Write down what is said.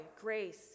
grace